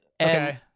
Okay